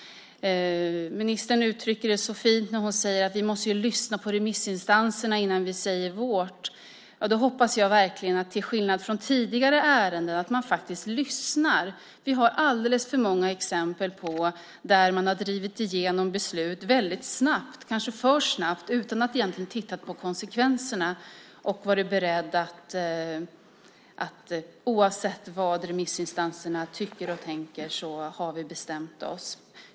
Ministern uttrycker det så fint när hon säger: Vi måste lyssna på remissinstanserna innan vi säger vårt. Ja, jag hoppas verkligen att man, till skillnad från i tidigare ärenden, faktiskt lyssnar. Vi har alldeles för många exempel på hur man har drivit igenom beslut väldigt snabbt, kanske för snabbt, utan att egentligen ha tittat på konsekvenserna. Oavsett vad remissinstanserna har tyckt och tänkt har man bestämt sig.